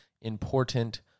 important